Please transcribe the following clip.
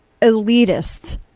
elitists